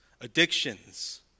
addictions